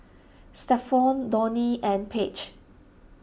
Stephon Donie and Paige